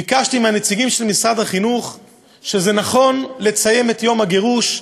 ביקשתי מנציגי משרד החינוך לציין את יום הגירוש,